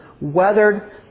weathered